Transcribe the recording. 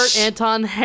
anton